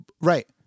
Right